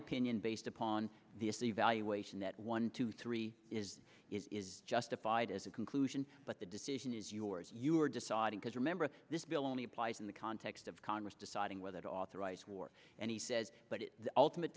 opinion based upon the it's the evaluation that one two three is justified as a conclusion but the decision is yours you are deciding because remember this bill only applies in the context of congress deciding whether to authorize war and he says but the ultimate